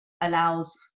allows